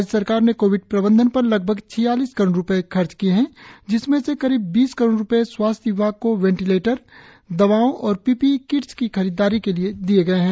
राज्य सरकार ने कोविड प्रबंधन पर लगभग छियालिस करोड़ रुपए खर्च किए हैं जिसमें से करीब बीस करोड़ रुपए स्वास्थ्य विभाग को वेंटिलेटर दवाओं और पी पी ई किट्स की खरीददारी के लिए दिए गए है